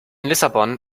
lissabon